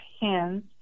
hands